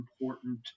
important